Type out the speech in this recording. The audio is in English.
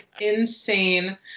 insane